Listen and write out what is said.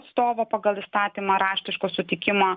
atstovo pagal įstatymą raštiško sutikimo